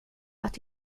att